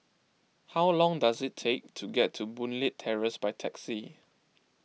how long does it take to get to Boon Leat Terrace by taxi